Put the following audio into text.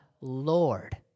Lord